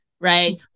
right